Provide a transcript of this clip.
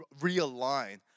realign